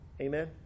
Amen